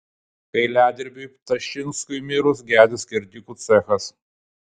kailiadirbiui ptašinskui mirus gedi skerdikų cechas